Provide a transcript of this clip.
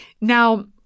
Now